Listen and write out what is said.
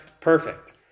perfect